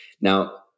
Now